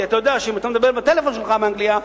כי אתה יודע שאם אתה מדבר בטלפון שלך מאנגליה,